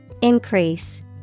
Increase